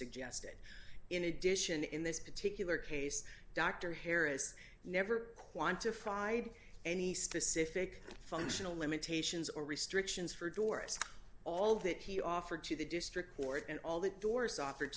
suggested in addition in this particular case dr harris never quantified any specific functional limitations or restrictions for doris all that he offered to the district court and all that doris offered